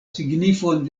signifon